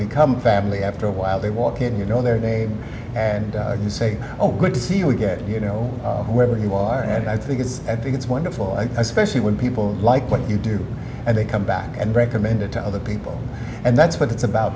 become family after a while they walk in you know their name and you say oh good to see you again you know whoever you are and i think it's i think it's wonderful i specially when people like what you do and they come back and recommend it to other people and that's what it's about